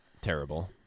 terrible